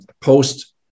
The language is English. post